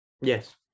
Yes